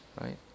right